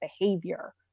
behavior